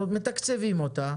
מתקצבים אותה,